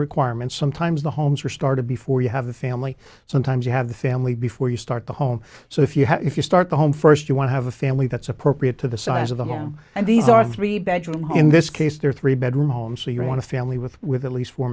requirements sometimes the homes are started before you have a family sometimes you have the family before you start the home so if you have if you start the home first you want to have a family that's appropriate to the size of the home and these are three bedrooms in this case there are three bedroom home so you want to family with with at least fo